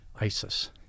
ISIS